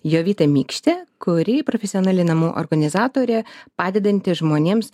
jovita mykštė kuri profesionali namų organizatorė padedanti žmonėms